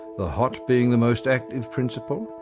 the hot being the most active principle,